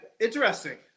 interesting